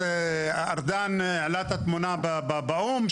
ארדן העלה את התמונה באו"ם,